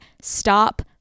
stop